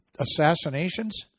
assassinations